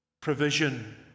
provision